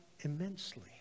immensely